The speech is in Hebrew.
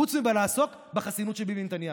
חוץ מלעסוק בחסינות של ביבי נתניהו.